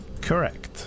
Correct